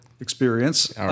experience